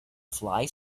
fly